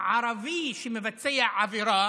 ערבי שמבצע עבירה